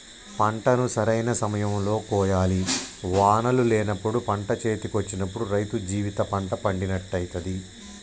పంటను సరైన సమయం లో కోయాలి వానలు లేనప్పుడు పంట చేతికొచ్చినప్పుడు రైతు జీవిత పంట పండినట్టయితది